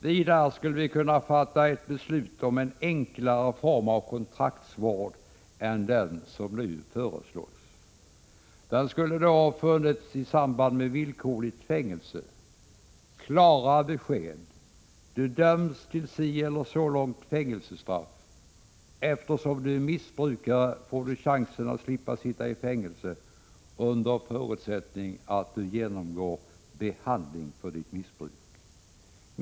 Vidare skulle vi kunna fatta beslut om enklare form av kontraktsvård än den som nu föreslås. I samband med dom om villkorligt fängelse skulle det ha funnits klara besked: Du döms till si och så långt fängelsestraff. Eftersom du missbrukar får du chansen att slippa sitta i fängelse, under förutsättning att du genomgår behandling för ditt missbruk.